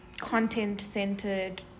content-centered